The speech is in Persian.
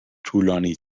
طولانی